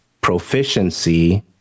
proficiency